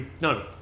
no